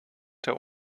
der